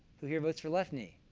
who here votes for left knee?